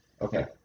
Okay